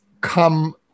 come